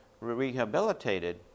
rehabilitated